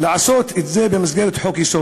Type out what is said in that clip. מעוניינת לעשות את זה במסגרת חוק-יסוד.